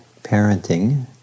parenting